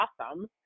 awesome